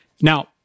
Now